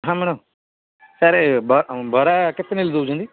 ହଁ madam sir ବରା କେତେ ଲେଖା ଦେଉଛନ୍ତି